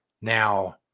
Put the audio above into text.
Now